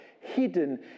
hidden